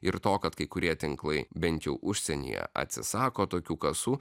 ir to kad kai kurie tinklai bent jau užsienyje atsisako tokių kasų